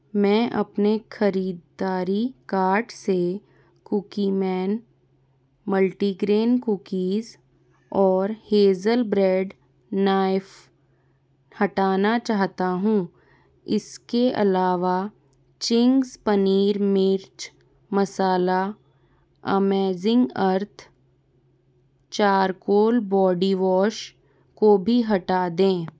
मैं अपने ख़रीदारी कार्ड से कुकी मैन मल्टीग्रीन कुकीज़ और हेज़ल ब्रेड नाइफ़ हटाना चाहता हूँ इसके अलावा चिंग्स पनीर मिर्च masala amazing earth charcoal body wash को भी हटा दें